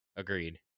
Agreed